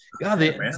god